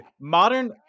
modern